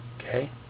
Okay